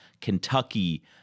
Kentucky